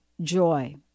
joy